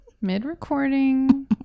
mid-recording